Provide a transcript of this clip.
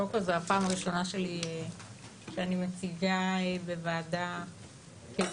קודם כל זו הפעם הראשונה שלי שאני מציגה בוועדה כשרה,